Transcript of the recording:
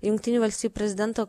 jungtinių valstijų prezidento